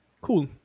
Cool